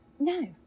no